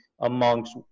amongst